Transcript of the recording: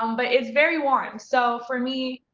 um but it's very warm so for me,